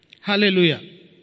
Hallelujah